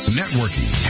networking